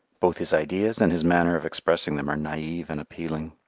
both his ideas and his manner of expressing them are naive and appealing.